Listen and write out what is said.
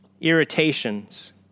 irritations